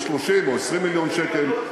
ב-30 או 20 מיליון שקל,